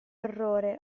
orrore